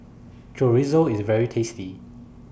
Chorizo IS very tasty